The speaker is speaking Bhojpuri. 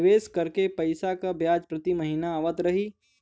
निवेश करल पैसा के ब्याज प्रति महीना आवत रही?